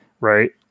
right